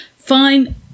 Fine